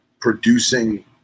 producing